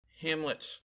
Hamlet's